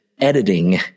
editing